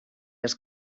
els